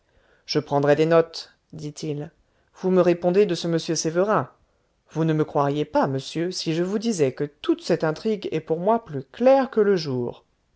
je prendrai des notes dit-il vous me répondez de ce m sévérin vous ne me croiriez pas monsieur si je vous disais que toute cette intrigue est pour moi plus claire que le jour